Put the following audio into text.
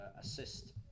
assist